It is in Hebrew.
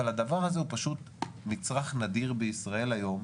אבל הדבר הזה הוא פשוט מצרך נדיר בישראל היום.